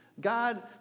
God